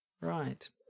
Right